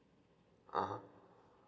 uh !huh!